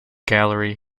gallery